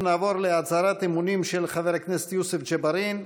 אנחנו נעבור להצהרת אמונים של חבר הכנסת יוסף ג'בארין.